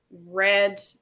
read